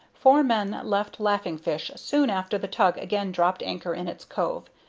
four men left laughing fish soon after the tug again dropped anchor in its cove,